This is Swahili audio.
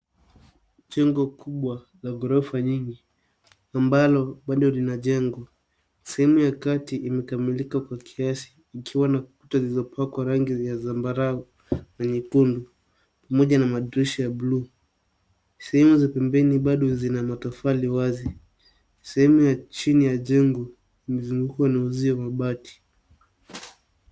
Jengo kubwa la ghorofa nyingi ambalo bado linajengwa, sehemu ya kati imekamilika kwa kiasi ikiwa na kuta zilizopakwa rangi ya zambarau na nyekundu, pamoja na madirisha ya buluu. Sehemu za pembeni bado zina matofali wazi. Sehemu ya chini ya jengo imezungukwa na uzio wa bati.